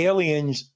Aliens